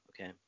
okay